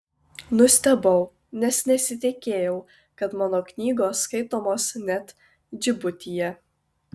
nustebau nes nesitikėjau kad mano knygos skaitomos net džibutyje